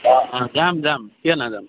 অঁ অঁ যাম যাম কিয় নাযাম